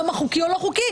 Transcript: לא מה חוקי או לא חוקי,